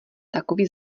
takový